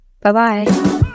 Bye-bye